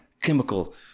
chemical